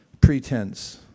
pretense